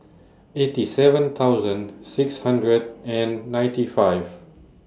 eighty seven thousand six hundred and ninety five